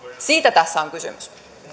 siitä tässä on kysymys